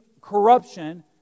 corruption